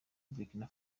burkina